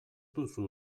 duzu